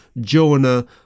Jonah